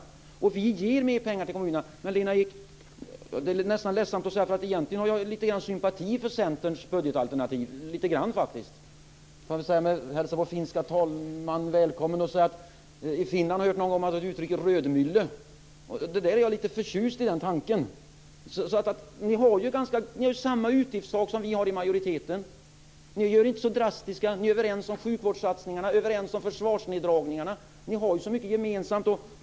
Vi ger faktiskt mer pengar till kommunerna men egentligen känner jag lite sympati för Centerns budgetalternativ. Jag får också passa på att hälsa den finska talmannen välkommen. I Finland talades det någon gång om rödnylle. Jag är lite förtjust i den framförda tanken. Ni har ju samma utgiftstak som vi i majoriteten. Det hela är inte så drastiskt. Ni är ju överens med oss om sjukvårdssatsningarna och om försvarsneddragningarna. Vi har alltså mycket gemensamt.